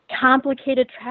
complicated